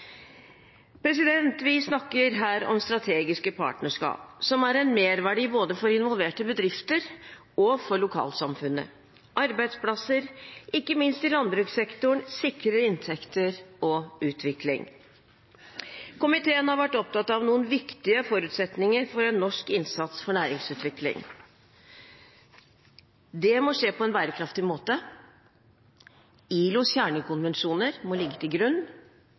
Vi snakker her om strategiske partnerskap, som er en merverdi både for involverte bedrifter og for lokalsamfunnet. Arbeidsplasser, ikke minst i landbrukssektoren, sikrer inntekter og utvikling. Komiteen har vært opptatt av noen viktige forutsetninger for en norsk innsats for næringsutvikling: Det må skje på en bærekraftig måte. ILOs kjernekonvensjoner må ligge til grunn.